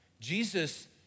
Jesus